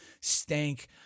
stank